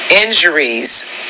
injuries